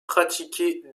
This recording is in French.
pratiquée